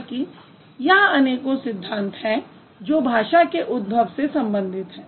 बल्कि यहाँ अनेकों सिद्धांत हैं जो भाषा के उद्भव से संबंधित हैं